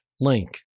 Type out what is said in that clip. link